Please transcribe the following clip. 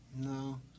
No